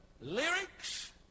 lyrics